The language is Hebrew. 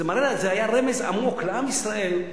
זה היה רמז עמוק לעם ישראל,